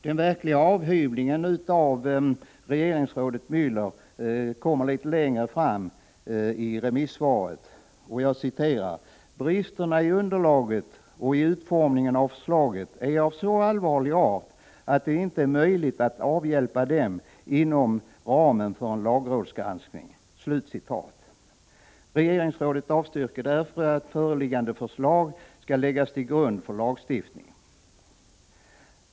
Den verkliga avhyvlingen ger regeringsrådet Mueller litet längre fram i remissvaret: ”Bristerna i underlaget och i utformningen av förslaget är av så allvarlig art att det inte är möjligt att avhjälpa dem inom ramen för en lagrådsgranskning.” Regeringsrådet avstyrker därför att föreliggande förslag skall läggas till grund för lagstiftning.